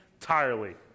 entirely